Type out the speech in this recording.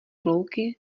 louky